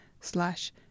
slash